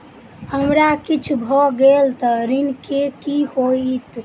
हमरा किछ भऽ गेल तऽ ऋण केँ की होइत?